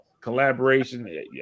collaboration